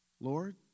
Lord